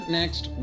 next